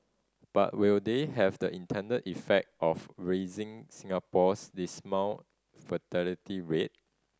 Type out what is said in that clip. but will they have the intended effect of raising Singapore's dismal fertility rate